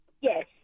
Yes